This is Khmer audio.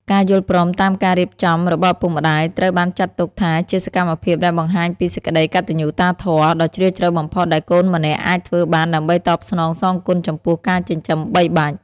ការយល់ព្រមតាមការរៀបចំរបស់ឪពុកម្ដាយ ត្រូវបានចាត់ទុកថាជាសកម្មភាពដែលបង្ហាញពី "សេចក្ដីកតញ្ញូតាធម៌" ដ៏ជ្រាលជ្រៅបំផុតដែលកូនម្នាក់អាចធ្វើបានដើម្បីតបស្នងសងគុណចំពោះការចិញ្ចឹមបីបាច់។